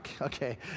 Okay